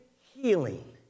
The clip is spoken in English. healing